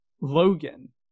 Logan